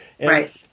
Right